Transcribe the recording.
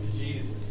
Jesus